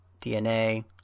DNA